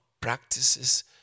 practices